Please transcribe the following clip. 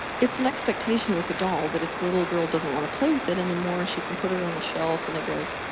it's an expectation with the doll that if the little girl doesn't wanna play with it anymore, she can put it it on a shelf and it goes.